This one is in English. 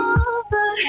over